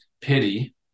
pity